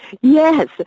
Yes